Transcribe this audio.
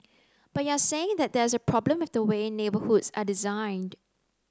but you're saying that there's a problem with the way neighbourhoods are designed